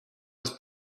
was